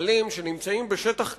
מתנחלים שנמצאים בשטח כבוש,